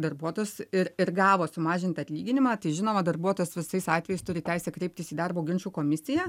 darbuotojas ir ir gavo sumažintą atlyginimą tai žinoma darbuotojas visais atvejais turi teisę kreiptis į darbo ginčų komisiją